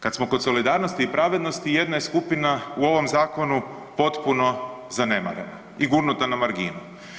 Kad smo kod solidarnosti i pravednosti, jedna je skupina u ovom zakonu potpuno zanemarena i gurnuta na marginu.